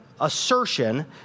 assertion